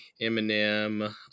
Eminem